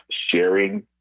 sharing